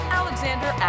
alexander